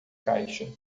caixa